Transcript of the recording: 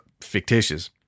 fictitious